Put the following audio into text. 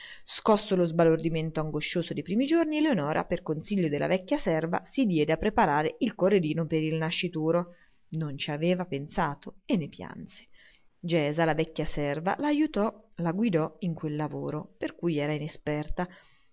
scosso lo sbalordimento angoscioso dei primi giorni eleonora per consiglio della vecchia serva si diede a preparare il corredino per il nascituro non ci aveva pensato e ne pianse gesa la vecchia serva la ajutò la guidò in quel lavoro per cui era inesperta